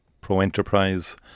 pro-enterprise